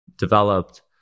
developed